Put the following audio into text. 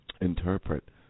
interpret